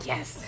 Yes